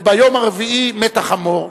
וביום הרביעי מת החמור.